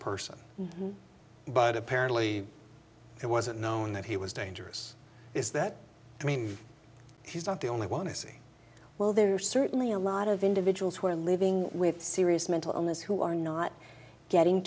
person but apparently it wasn't known that he was dangerous is that i mean he's not the only one i see well there are certainly a lot of individuals who are living with serious mental illness who are not getting